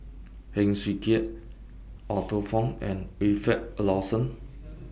Heng Swee Keat Arthur Fong and Wilfed Lawson